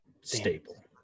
Staple